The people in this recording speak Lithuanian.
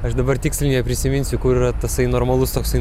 aš dabar tiksliai neprisiminsiu kur yra tasai normalus toksai